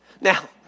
Now